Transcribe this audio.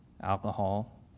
alcohol